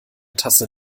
tasse